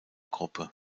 gruppe